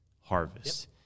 harvest